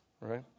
right